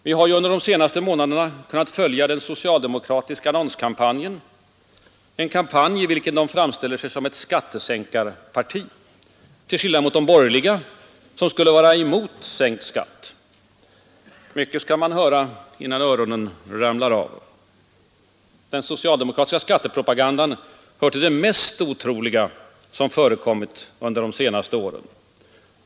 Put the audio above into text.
Vi har ju under de senaste månaderna kunnat följa den socialdemokratiska annonskampanjen, en kampanj i vilken de framställer sig som ett ”skattesänkarparti” — till skillnad mot de borgerliga, som skulle vara emot sänkt skatt. Mycket skall man höra innan öronen ramlar av! Den socialdemokratiska skattepropagandan hör till det mest otroliga som förekommit under de senaste åren.